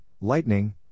lightning